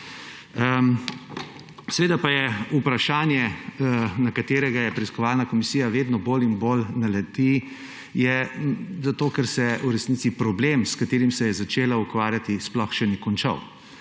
Seveda pa je to vprašanje, na katerega preiskovalna komisija vedno bolj in bolj naleti, zato ker se v resnici problem, s katerim se je začela ukvarjati, sploh še ni končal.